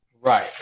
Right